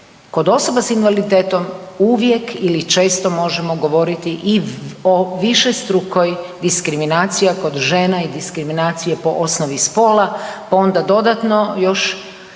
Kod osoba s invaliditetom uvijek ili često možemo govoriti o višestrukoj diskriminaciji kod žena i diskriminacije po osnovi spola, pa onda dodatno još